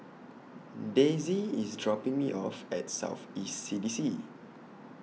Daisey IS dropping Me off At South East C D C